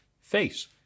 face